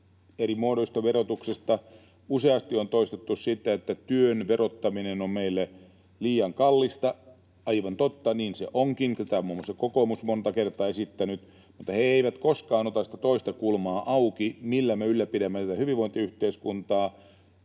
eri muodoista, ja useasti on toistettu sitä, että työn verottaminen on meille liian kallista. Aivan totta, niin se onkin, ja tätä on muun muassa kokoomus monta kertaa esittänyt, mutta he eivät koskaan ota sitä toista kulmaa auki eli sitä, millä me ylläpidämme tätä hyvinvointiyhteiskuntaa,